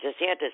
DeSantis